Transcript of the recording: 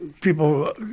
people